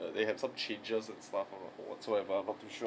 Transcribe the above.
err they have some changes and stuff I'm not whatsoever I'm not too sure